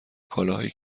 کالاهایی